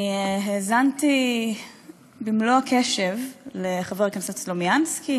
אני האזנתי במלוא הקשב לחבר הכנסת סלומינסקי,